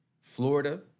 Florida